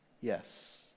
Yes